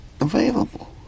available